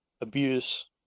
abuse